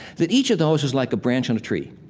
that each of those is like a branch on a tree.